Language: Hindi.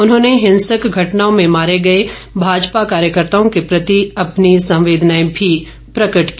उन्होंने हिंसक घटनाओं में मारे गए भाजपा कार्यकर्ताओं के प्रति अपनी संवेदनाएं भी प्रकट की